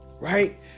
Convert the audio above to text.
right